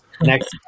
next